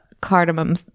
cardamom